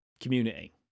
community